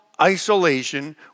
isolation